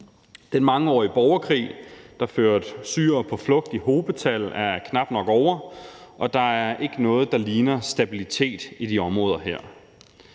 Den mangeårige borgerkrig, der sendte syrere på flugt i hobetal, er knap nok ovre, og der er ikke noget, der ligner stabilitet i de her områder.